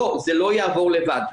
לא, זה לא יעבור לבד.